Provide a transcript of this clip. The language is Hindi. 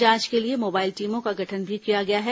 जांच के लिए मोबाइल टीमों का गठन भी किया गया है